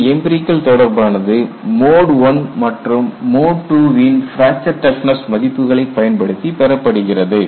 இந்த எம்பிரிகல் தொடர்பானது mode I மற்றும் மோட் II வின் பிராக்சர் டப்னஸ் மதிப்புகளை பயன்படுத்தி பெறப்படுகிறது